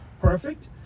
perfect